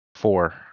four